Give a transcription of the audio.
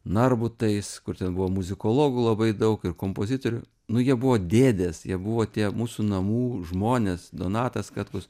narbutais kur ten buvo muzikologų labai daug ir kompozitorių nu jie buvo dėdės jie buvo tie mūsų namų žmonės donatas katkus